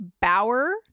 Bauer